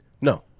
No